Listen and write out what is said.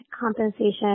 compensation